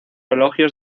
elogios